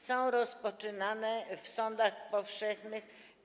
Są rozpoczynane w sądach powszechnych.